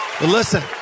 listen